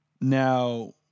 Now